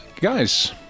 guys